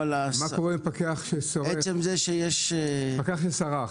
אבל עצם זה שיש --- ופקח שסרח,